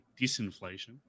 disinflation